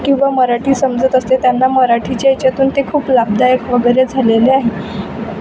किंवा मराठी समजत असते त्यांना मराठीच्या याच्यातून ते खूप लाभदायक वगैरे झालेले आहे